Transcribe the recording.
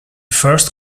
first